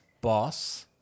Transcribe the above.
boss